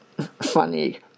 funny